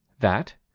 that,